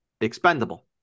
expendable